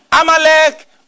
Amalek